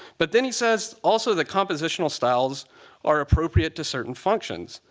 but then he says also the compositional styles are appropriate to certain functions.